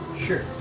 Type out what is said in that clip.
Sure